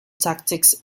tactics